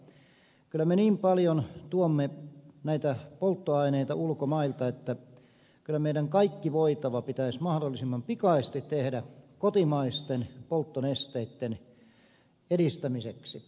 kyllä me niin paljon tuomme näitä polttoaineita ulkomailta että meidän kaikki voitava pitäisi mahdollisimman pikaisesti tehdä kotimaisten polttonesteitten edistämiseksi